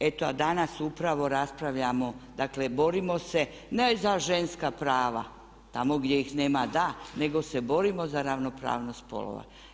Eto a danas upravo raspravljamo, dakle, borimo se ne za ženska prava tamo gdje ih nema da, nego se borimo za ravnopravnost spolova.